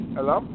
Hello